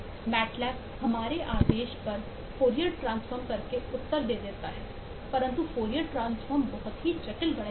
mat lab बहुत ही जटिल गणित है